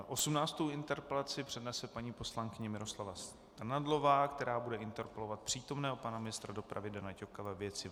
Osmnáctou interpelaci přednese paní poslankyně Miroslava Strnadlová, která bude interpelovat přítomného pana ministra dopravy Dana Ťoka ve věci vlaků.